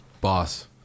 Boss